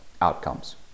outcomes